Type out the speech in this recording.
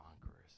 conquerors